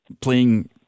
playing